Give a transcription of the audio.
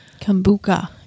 Kombucha